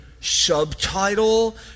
subtitle